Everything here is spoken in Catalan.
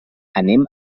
anem